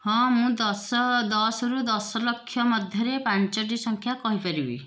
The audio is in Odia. ହଁ ମୁଁ ଦଶ ଦଶରୁ ଦଶ ଲକ୍ଷ ମଧ୍ୟରେ ପାଞ୍ଚଟି ସଂଖ୍ୟା କହି ପାରିବି